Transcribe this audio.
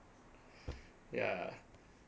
yeah